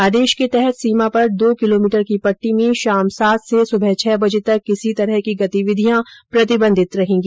आदेश के तहत सीमा पर दो किलोमीटर की पट्टी में शाम सात से सुबह छह बजे तक किसी तरह गतिविधियां प्रतिबंधित रहेंगी